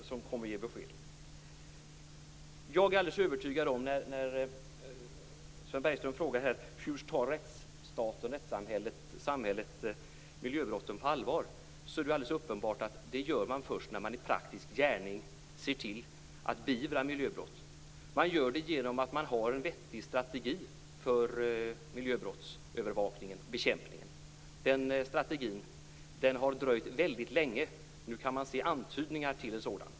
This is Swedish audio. Det är de som kommer att ge besked. Sven Bergström frågar om rättssamhället tar miljöbrotten på allvar. Det är alldeles uppenbart att det gör man först när man i praktisk gärning ser till att beivra miljöbrotten. Man gör det genom att man har en vettig strategi för miljöbrottsövervakning och bekämpning. Den strategin har dröjt väldigt länge. Nu kan man se antydningar till en sådan.